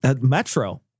Metro